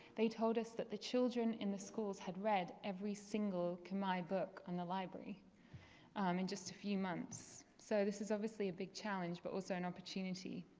they told us that the children in the schools had read every single combined book on the library um in just a few months. so this is obviously a big challenge but also an opportunity.